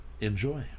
Enjoy